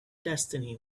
destiny